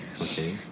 Okay